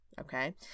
okay